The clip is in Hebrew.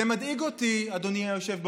זה מדאיג אותי, אדוני היושב בראש,